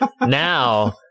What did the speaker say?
now